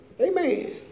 Amen